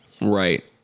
Right